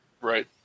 Right